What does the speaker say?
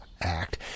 Act